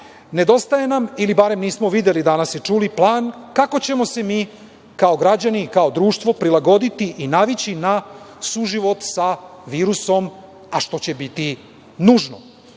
nedostaje nam, ili barem nismo videli i čuli danas, plan kako ćemo se mi kao građani i kao društvo prilagoditi i navići na suživot sa virusom, a što će biti nužno,